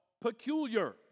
peculiar